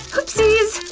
oopsies!